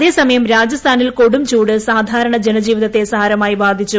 അതേ സമയം രാജസ്ഥാനിൽ കൊടും ചൂട് സാധാരണ ജനജീവിതത്തെ സാരമായി ബാധിച്ചു